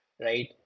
right